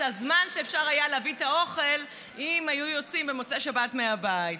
הזמן שאפשר היה להביא את האוכל אם היו יוצאים במוצאי שבת מהבית.